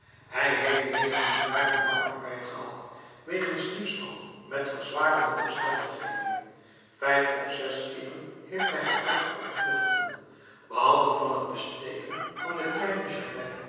hij heeft negentien jaren dwangarbeid gehad wegens diefstal met verzwarende omstandigheden vijf of zes keeren heeft hij getracht te ontvluchten behalve van het bestelen van den kleinen